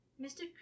Mr